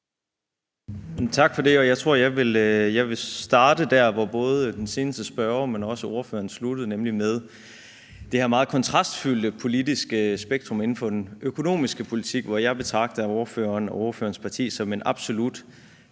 Tak for det. Jeg tror, jeg vil starte der, hvor både den seneste spørger, men også ordføreren sluttede, nemlig med det her meget kontrastfyldte politiske spektrum inden for den økonomiske politik. Jeg betragter ordføreren og ordførerens parti som tilhørende